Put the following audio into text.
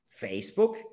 Facebook